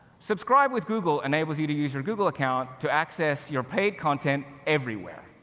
subscribe with google enables you to use your google account to access your paid content everywhere,